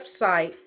website